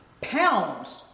pounds